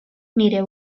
nire